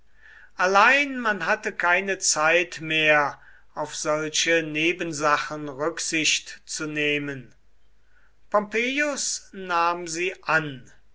allein man hatte keine zeit mehr auf solche nebensachen rücksicht zu nehmen pompeius nahm sie an